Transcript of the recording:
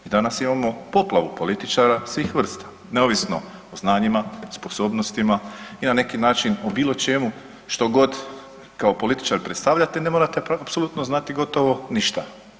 Mi danas imamo poplavu političara svih vrsta, neovisno o znanjima, sposobnostima i na neki način o bilo čemu štogod kao političar predstavljate ne morate apsolutno znati gotovo ništa.